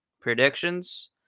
predictions